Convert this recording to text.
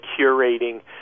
curating